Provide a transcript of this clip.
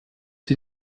sie